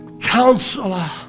Counselor